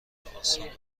آسان